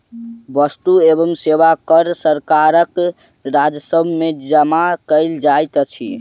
वस्तु एवं सेवा कर सरकारक राजस्व में जमा कयल जाइत अछि